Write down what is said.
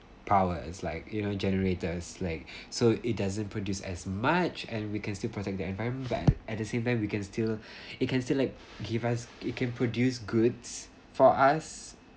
powers like you know generators like so it doesn't produce as much and we can still protect the environment but at the same time we can still it can still like give us it can produce goods for us